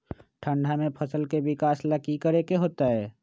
ठंडा में फसल के विकास ला की करे के होतै?